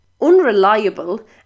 unreliable